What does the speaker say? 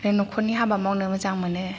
आरो नख'रनि हाबा मावनो मोजां मोनो